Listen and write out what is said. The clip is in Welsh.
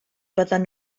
byddan